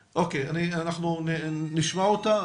אוקיי, אנחנו נשמע אותה.